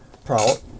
proud